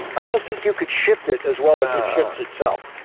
i don't think you could shift it as well as it shifts itself.